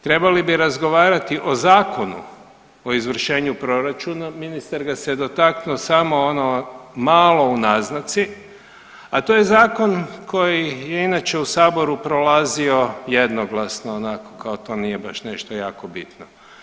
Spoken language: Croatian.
Trebali bi razgovarati o Zakonu o izvršenju proračuna, ministar ga se dotaknuo samo ono malo u naznaci a to je zakon koji je inače u Saboru prolazio jednoglasno onako kao to nije baš nešto jako bitno.